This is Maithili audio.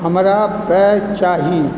हमरा पेय चाही